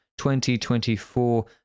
2024